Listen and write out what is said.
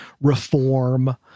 reform